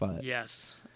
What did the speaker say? Yes